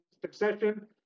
succession